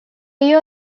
year